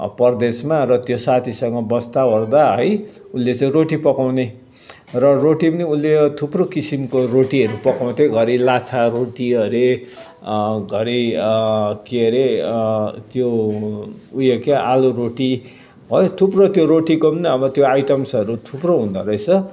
परदेशमा र त्यो साथीसँग बस्दा ओर्दा है उसले चाहिँ रोटी पकाउने र रोटी पनि उसले थुप्रो किसिमको रोटीहरू पकाउँथ्यो घरी लाछा रोटी हरे घरी के अरे त्यो ऊ यो क्या आलु रोटी है थुप्रो त्यो रोटीको अब त्यो आइटम्सहरू थुप्रो हुँदो रहेछ